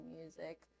music